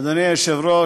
אדוני היושב-ראש,